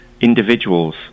individuals